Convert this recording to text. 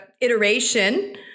iteration